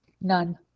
None